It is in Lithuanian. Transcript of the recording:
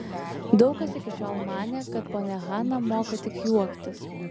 daug kas iki šiol manė kad ponia hana moka tik juoktis